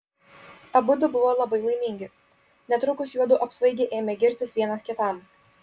abudu buvo labai laimingi netrukus juodu apsvaigę ėmė girtis vienas kitam